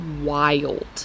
wild